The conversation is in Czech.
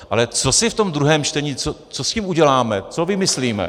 Ale co si v tom druhém čtení, co tím uděláme, co vymyslíme?